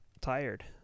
tired